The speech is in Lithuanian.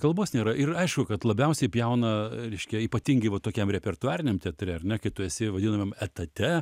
kalbos nėra ir aišku kad labiausiai pjauna reiškia ypatingi va tokiam repertuariniam teatre ar ne kai tu esi vadinamam etate